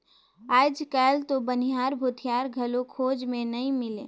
आयज कायल तो बनिहार, भूथियार घलो खोज मे नइ मिलें